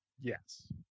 yes